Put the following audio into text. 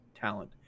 talent